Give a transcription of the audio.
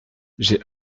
j’ai